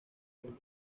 hembra